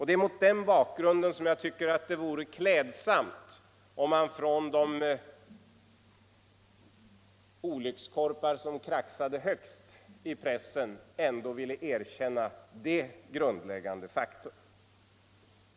Det är mot denna bakgrund som jag tycker att det vore klädsamt om de olyckskorpar som kraxade högst i pressen ändå ville erkänna detta grundläggande faktum.